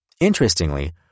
Interestingly